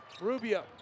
Rubio